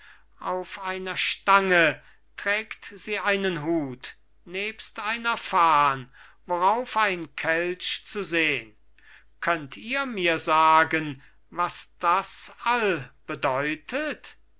auf einer stange trägt sie einen hut nebst einer fahn worauf ein kelch zu sehn könnt ihr mir sagen was das all bedeutet